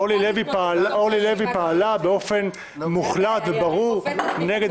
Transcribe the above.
אורלי לוי פעלה באופן מוחלט וברור נגד